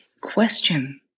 question